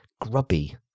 grubby